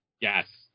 Yes